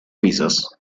pisos